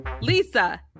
Lisa